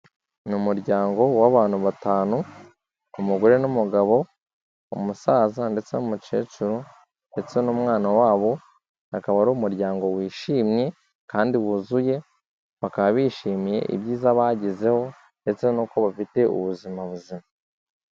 Ni muryango w'abantu batanu, umugore n'umugabo, umusaza ndetse n'umukecuru ndetse n'umwana wabo, akaba ari umuryango wishimye kandi wuzuye bakaba bishimiye ibyiza bagezeho, ndetse nuko bafite ubuzima buzima.